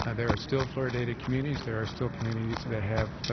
ah there are still fluoridated communities. there are still communities that have,